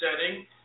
setting